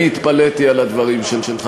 אני התפלאתי על הדברים שלך.